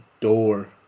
door